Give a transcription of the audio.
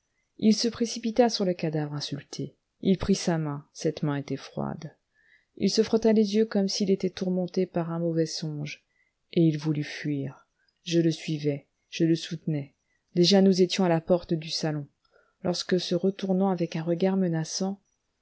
il se précipita sur le cadavre insulté il prit sa main cette main était froide il se frotta les yeux comme s'il était tourmenté par un mauvais songe et il voulut fuir je le suivais je le soutenais déjà nous étions à la porte du salon lorsque se retournant avec un regard menaçant